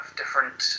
different